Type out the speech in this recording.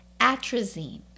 Atrazine